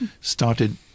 started